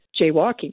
Jaywalking